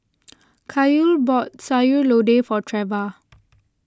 Kael bought Sayur Lodeh for Treva